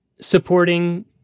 supporting